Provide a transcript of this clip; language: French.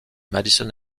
madison